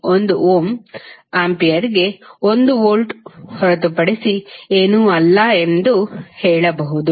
1 ohm ಆಂಪಿಯರ್ಗೆ 1 volt ಹೊರತುಪಡಿಸಿ ಏನೂ ಅಲ್ಲ ಎಂದು ಹೇಳಬಹುದು